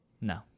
no